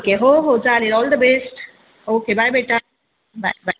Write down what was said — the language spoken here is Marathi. ओके हो हो चालेल all the best okay bye बेटा बाय बाय